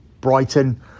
Brighton